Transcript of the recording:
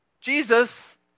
Jesus